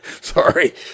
Sorry